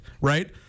right